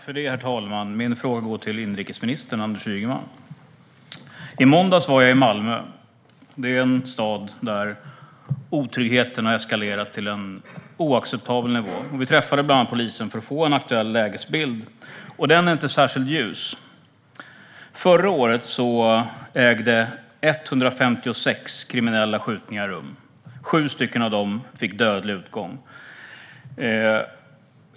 Herr talman! Min fråga går till inrikesminister Anders Ygeman. I måndags var jag i Malmö. Det är en stad där otryggheten har eskalerat till en oacceptabel nivå. Vi träffade bland annat polisen för att få en aktuell lägesbild, och den är inte särskilt ljus. Förra året ägde 156 kriminella skjutningar rum. Sju av dem fick dödlig utgång.